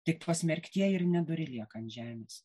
tik pasmerktieji ir nedori lieka ant žemės